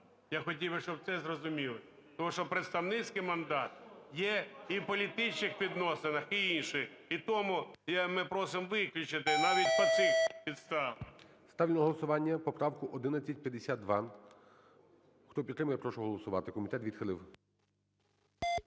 я хотів, щоб це зрозуміли. Того що представницький мандат є і в політичних відносинах, і інших. І тому ми просимо виключити навіть по цих підставах. ГОЛОВУЮЧИЙ. Ставлю на голосування поправку 1152. Хто підтримує, прошу голосувати.